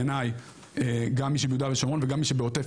בעיניי גם מי שביהודה ושומרון וגם מי שבעוטף